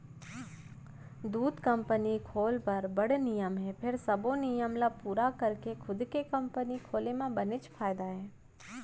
दूद कंपनी खोल बर बड़ नियम हे फेर सबो नियम ल पूरा करके खुद के कंपनी खोले म बनेच फायदा हे